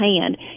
hand